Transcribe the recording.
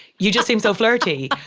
you just seem so flirty.